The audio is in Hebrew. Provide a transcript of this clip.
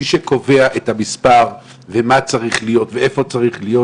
מי שקובע את המספר ומה צריך להיות ואיפה צריך להיות,